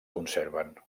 conserven